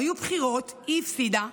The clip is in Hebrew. היו בחירות, היא הפסידה,